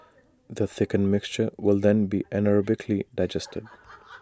the thickened mixture will then be anaerobically digested